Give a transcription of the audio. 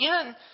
again